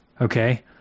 Okay